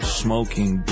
smoking